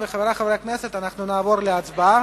חברי חברי הכנסת, אנחנו נעבור להצבעה.